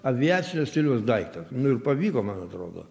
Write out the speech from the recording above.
aviacinio stiliaus daiktą nu ir pavyko man atrodo